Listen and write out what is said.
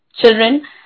children